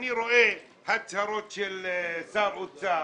אני רואה הצהרות של שר אוצר.